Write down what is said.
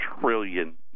trillion